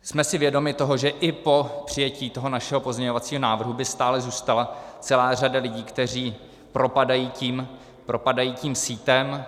Jsme si vědomi toho, že i po přijetí našeho pozměňovacího návrhu by stále zůstala celá řada lidí, kteří propadají tím sítem.